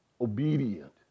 obedient